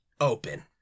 open